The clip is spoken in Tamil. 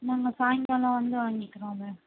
நாங்கள் சாய்ங்காலம் வந்து வாங்கிக்கிறோம் மேம்